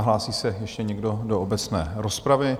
Hlásí se ještě někdo do obecné rozpravy?